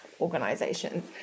organizations